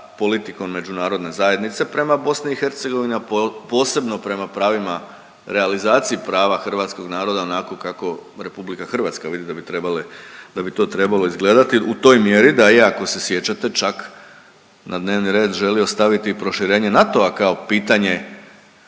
politikom Međunarodne zajednice prema BiH, a posebno prema pravima realizaciji prava hrvatskog naroda onako kako Republika Hrvatska vidi da bi to trebalo izgledati u toj mjeri da iako se sjećate čak na dnevni red želio staviti i proširenje NATO-a kao pitanje